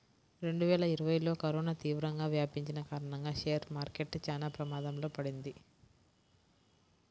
రెండువేల ఇరవైలో కరోనా తీవ్రంగా వ్యాపించిన కారణంగా షేర్ మార్కెట్ చానా ప్రమాదంలో పడింది